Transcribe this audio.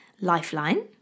lifeline